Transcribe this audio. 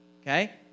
Okay